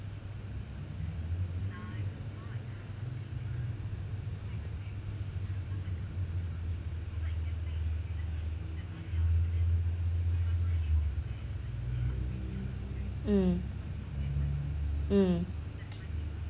mm mm